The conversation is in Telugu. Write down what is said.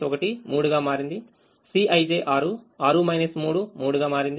Cij 6 6 3 3 గా మారింది